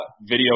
video